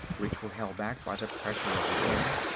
which were held back by the pressure of the air,